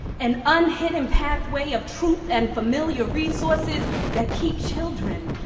an unhidden pathway of truth and familiar resources that keep children,